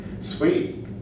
Sweet